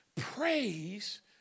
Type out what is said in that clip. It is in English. praise